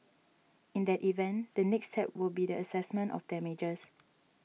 in that event the next step will be the assessment of damages